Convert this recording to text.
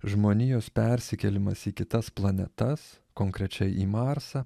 žmonijos persikėlimas į kitas planetas konkrečiai į marsą